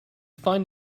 find